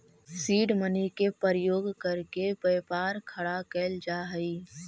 seed money के प्रयोग करके व्यापार खड़ा कैल जा हई